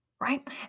Right